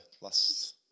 last